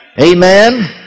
Amen